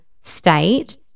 state